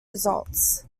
results